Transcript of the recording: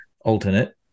alternate